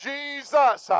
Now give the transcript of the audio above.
Jesus